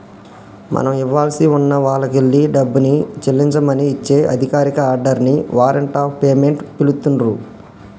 మనం ఇవ్వాల్సి ఉన్న వాల్లకెల్లి డబ్బుని చెల్లించమని ఇచ్చే అధికారిక ఆర్డర్ ని వారెంట్ ఆఫ్ పేమెంట్ పిలుత్తున్రు